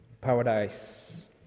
Paradise